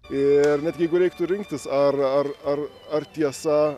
ir net jeigu reiktų rinktis ar ar ar ar tiesa